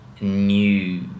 new